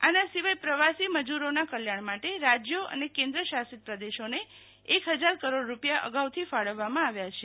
આના સિવાય પ્રવાસી મજૂરોના કલ્યાણ માટે રાજ્યો અને કેન્દ્ર શાસિતપ્રદેશોને એક હજાર કરોડ રૂપિયા અગાઉથી ફાળવવામાં આવ્યા છે